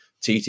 TT